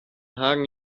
hagen